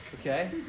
okay